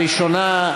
הראשונה,